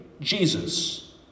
Jesus